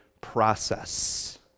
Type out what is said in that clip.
process